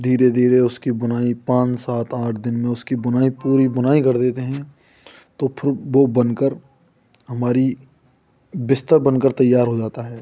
धीरे धीरे उसकी बुनाई पाँच सात आठ दिन में उसकी बुनाई पूरी बुनाई कर देते हें तो फिर वह बनकर हमारी बिस्तर बन कर तैयार हो जाता है